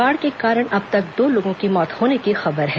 बाढ़ के कारण अब तक दो लोगों की मौत होने की खबर है